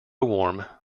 warm